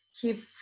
keep